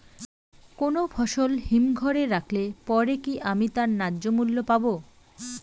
কোনো ফসল হিমঘর এ রাখলে পরে কি আমি তার ন্যায্য মূল্য পাব?